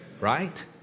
right